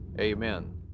amen